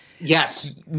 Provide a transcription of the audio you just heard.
Yes